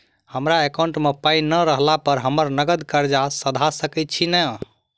हमरा एकाउंट मे पाई नै रहला पर हम नगद कर्जा सधा सकैत छी नै?